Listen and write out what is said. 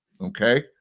okay